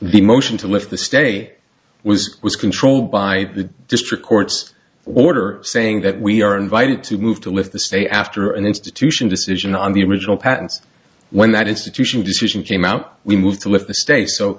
the motion to lift the stay was was controlled by the district court's order saying that we are invited to move to lift the stay after an institution decision on the original patents when that institution decision came out we moved to lift the sta